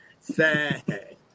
Sad